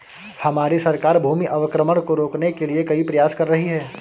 हमारी सरकार भूमि अवक्रमण को रोकने के लिए कई प्रयास कर रही है